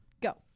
Go